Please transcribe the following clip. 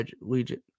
Legit